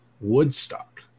woodstock